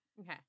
Okay